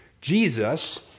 Jesus